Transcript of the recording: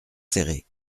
céré